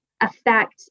affect